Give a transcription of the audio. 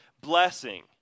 blessing